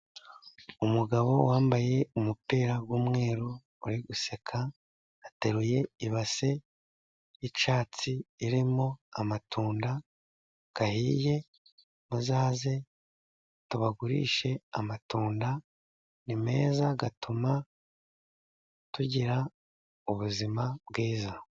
Umugabo wambaye umupira w'umweru uri guseka, ateruye ibase y'icyatsi irimo amatunda ahiye, muzaze tubagurishe amatunda, ni meza atuma tugira ubuzima bwiza.